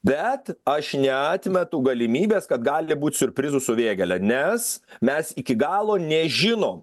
bet aš neatmetu galimybės kad gali būt siurprizų su vėgėle nes mes iki galo nežinom